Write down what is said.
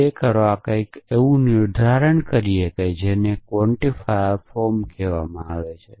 તે કરવા માટે આપણે કંઈક એવું નિર્ધારિત કરીએ છીએ જેને ક્વોન્ટિફાયર ફોર્મ કહેવામાં આવે છે